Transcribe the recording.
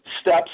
steps